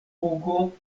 pugo